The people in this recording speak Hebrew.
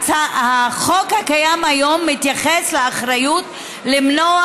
החוק הקיים היום מתייחס לאחריות למנוע